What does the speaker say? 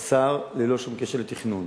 השר, ללא שום קשר לתכנון.